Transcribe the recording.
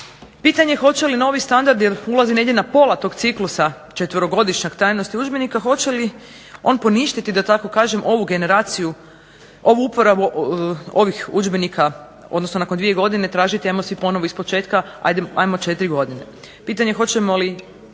pitanje hoće li novi standard jer ulaz je negdje na pola ciklusa četverogodišnjeg ... udžbenika hoće li on poništiti ovu generaciju ovu uporabu ovih udžbenika odnosno nakon dvije godine tražiti ajmo sve ponovno iz početka, ajmo 4 godine. Pitanje je hoćemo li